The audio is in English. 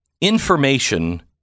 information